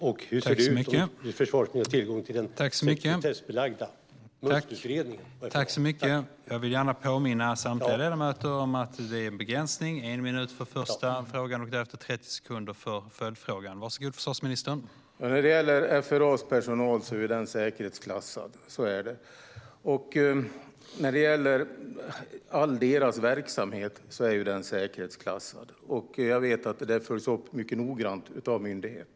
Och hur ser det ut med tillgången till den sekretessbelagda Must-utredningen?